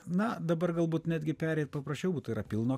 na dabar galbūt netgi pereit paprašiau būtų yra pilno